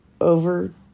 over